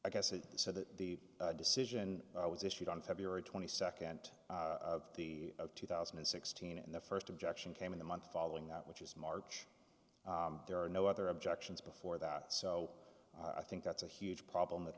i guess it said that the decision was issued on february twenty second of the of two thousand and sixteen and the first objection came in the month following that which is march there are no other objections before that so i think that's a huge problem that